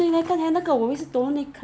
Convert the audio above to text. but usually I will just get online